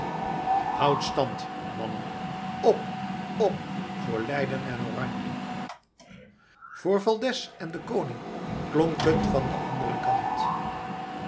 houdt stand mannen op op voor leiden en oranje voor valdez en den koning klonk het van den anderen kant